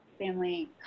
family